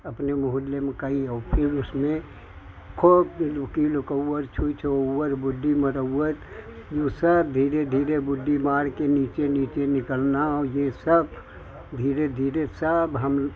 अपनी मोहल्ले में कई और फिर उसमें खूब यह जो लुकी लुकाउअर छुई छुआउअर बुड्डी मरऊअर यह सब धीरे धीरे बुड्डी मार कर नीचे नीचे निकलना यह सब धीरे धीरे सब हम